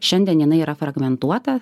šiandien jinai yra fragmentuota